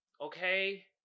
Okay